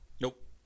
Nope